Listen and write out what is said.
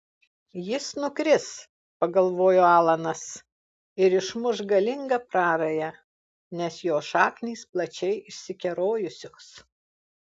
jis nukris pagalvojo alanas ir išmuš galingą prarają nes jo šaknys plačiai išsikerojusios